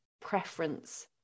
preference